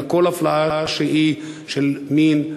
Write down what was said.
אלא כל אפליה שהיא מטעמי מין,